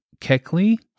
Keckley